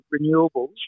renewables